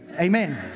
Amen